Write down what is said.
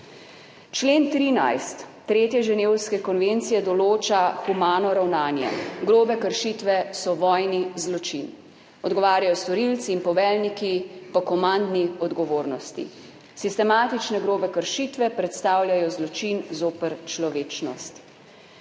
Člen 13. tretje Ženevske konvencije določa humano ravnanje, grobe kršitve so vojni zločin, odgovarjajo storilci in poveljniki po komandni odgovornosti, sistematične grobe kršitve predstavljajo zločin zoper človečnost.